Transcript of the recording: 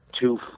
two